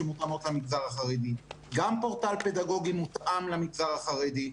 גם פורטל פדגוגי מותאם למגזר החרדי,